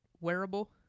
wearable